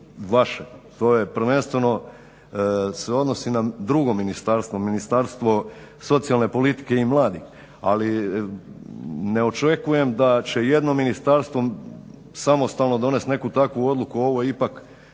vaše, to je prvenstveno se odnosi na drugo ministarstvo, Ministarstvo socijalne politike i mladih, ali ne očekujem da će jedno ministarstvo samostalno donijeti neku takvu odluku. Ovo je ipak